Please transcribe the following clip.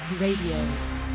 Radio